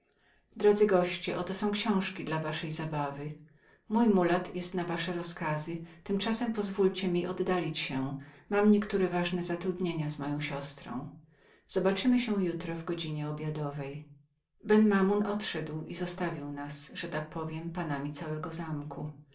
od stołu rzekł oto są książki dla waszej zabawy mój mulat jest na wasze rozkazy tymczasem pozwólcie mi oddalić się mam niektóre ważne zatrudnienia z moją siostrą zobaczemy się jutro w godzinie obiadowej ben mamoun odszedł i zostawił nas że tak rzekę panami całego zamku